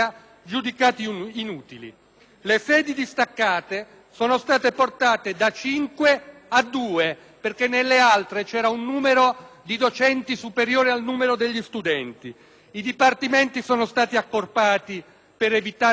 le sedi distaccate sono state portate da cinque a due perché nelle altre c'era un numero di docenti superiore al numero degli studenti. I dipartimenti sono stati accorpati per evitare sprechi e privilegi baronali;